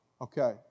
okay